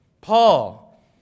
Paul